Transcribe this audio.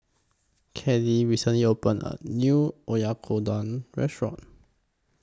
Kellee recently opened A New Oyakodon Restaurant